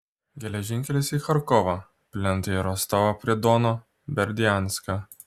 geležinkelis į charkovą plentai į rostovą prie dono berdianską